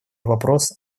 вопрос